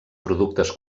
productes